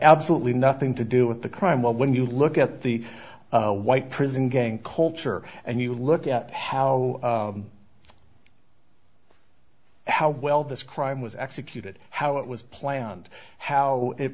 absolutely nothing to do with the crime when you look at the white prison gang culture and you look at how how well this crime was executed how it was planned how it